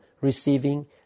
receiving